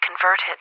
converted